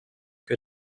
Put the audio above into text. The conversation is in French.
que